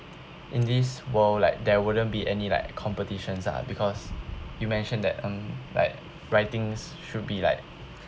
in this world like there wouldn't be any like competitions lah because you mentioned that um like writings should be like